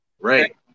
Right